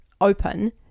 open